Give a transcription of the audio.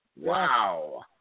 Wow